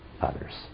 others